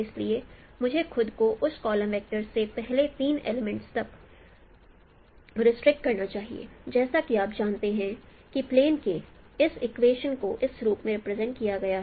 इसलिए मुझे खुद को उस कॉलम वेक्टर के पहले तीन एलीमेंट तक रिस्ट्रिक्ट करना चाहिए जैसा कि आप जानते हैं कि प्लेन के इस इक्वेशन को इस रूप में रिप्रेजेंट किया गया है